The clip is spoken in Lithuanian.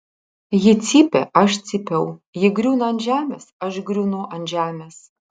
ji cypė aš cypiau ji griūna ant žemės aš griūnu ant žemės